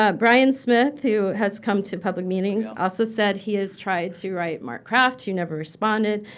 ah brian smith, who has come to public meetings, also said he has tried to write marc kraft. you never responded.